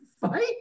fight